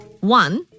One